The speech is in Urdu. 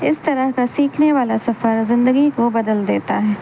اس طرح کا سیکھنے والا سفر زندگی کو بدل دیتا ہے